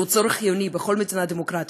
שהוא צורך חיוני בכל מדינה דמוקרטית,